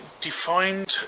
defined